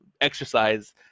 exercise